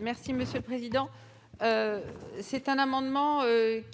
n° 8 rectifié. Cet amendement